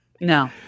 No